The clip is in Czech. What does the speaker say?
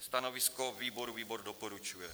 Stanovisko výboru: výbor doporučuje.